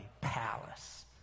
palace